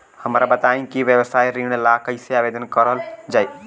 हमरा बताई कि व्यवसाय ऋण ला कइसे आवेदन करल जाई?